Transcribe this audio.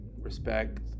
respect